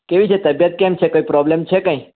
કેવી છે તબિયત કેમ છે કોઈ પ્રોબલેમ છે કંઈ